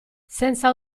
senza